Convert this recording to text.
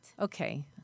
Okay